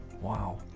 Wow